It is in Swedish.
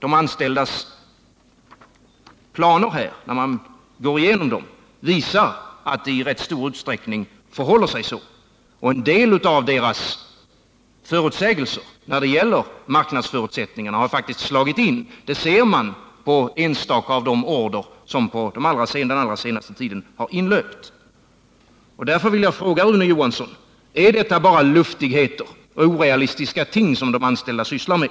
En genomgång av de anställdas planer visar att det i rätt stor utsträckning förhåller sig så. En del av deras förutsägelser när det gäller marknadsförutsättningarna har faktiskt slagit in. Det ser man på en del av de order som på allra senaste tiden har inlöpt. Därför vill jag fråga Rune Johansson: Är detta bara luftigheter, orealistiska ting som de anställda sysslar med?